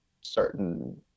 certain